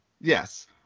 Yes